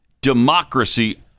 democracy